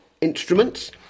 instruments